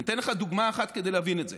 אני אתן לך דוגמה אחת כדי להבין את זה.